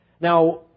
Now